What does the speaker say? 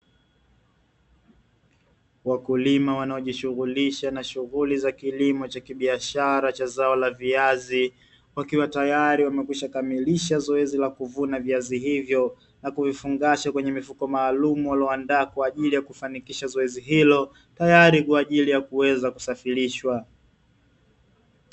Wakulima wanaojishughulisha na shughuli za kilimo cha kibiashara cha zao la viazi, wakiwa tayari wamekwisha kamilisha zoezi la kuvuna viazi hivyo, na kuvifungasha kwenye mifuko maalumu waloandaa kwa ajili ya kufanikisha zoezi hilo, tayari kwa ajili ya kuweza kusafirishwa.